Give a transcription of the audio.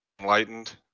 enlightened